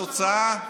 התוצאה,